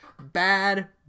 Bad